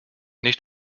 nicht